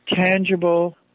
tangible